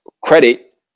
credit